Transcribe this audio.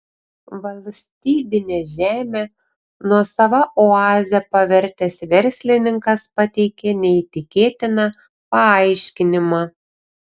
valstybinę žemę nuosava oaze pavertęs verslininkas pateikė neįtikėtiną paaiškinimą